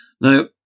Now